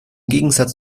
gegensatz